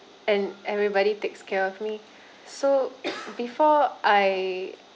and everybody takes care of me so before I